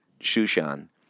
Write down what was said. Shushan